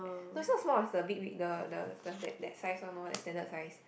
no it's not small it's the big big the the that that size one lor the standard size